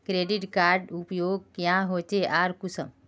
Credit कार्डेर उपयोग क्याँ होचे आर कुंसम?